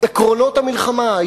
עקרונות המלחמה,